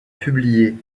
publié